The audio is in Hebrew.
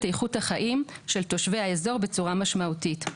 איכות החיים של תושבי האזור בצורה משמעותית.